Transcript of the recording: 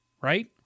right